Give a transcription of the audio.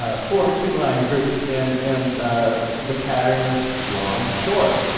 ah four two-line groups. and and the pattern is long-short,